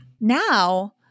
Now